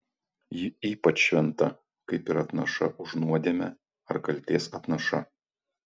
ji ypač šventa kaip ir atnaša už nuodėmę ar kaltės atnaša